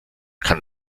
kann